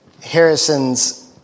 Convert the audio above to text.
Harrison's